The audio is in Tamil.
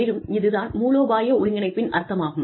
மேலும் இது தான் மூலோபாய ஒருங்கிணைப்பின் அர்த்தமாகும்